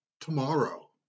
tomorrow